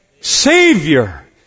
Savior